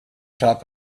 top